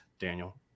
Daniel